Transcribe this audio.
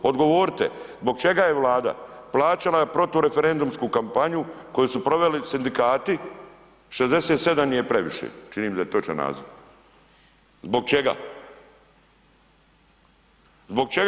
Odgovorite, zbog čega je Vlada plaćala protu referendumsku kampanju koju su proveli sindikati 67 je previše, čini mi se da je točan naziv, zbog čega?